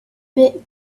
bit